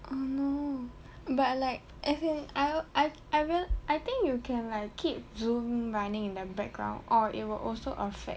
oh now but like as in I I I think you can keep like Zoom running in the background or it will also affect